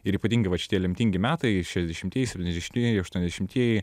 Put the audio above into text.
ir ypatingai vat šitie lemtingi metai šešiasdešimtieji septyniasdešimtieji aštuoniasdešimtieji